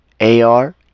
AR